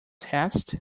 test